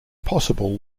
possible